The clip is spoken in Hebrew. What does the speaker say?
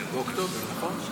באוקטובר, נכון?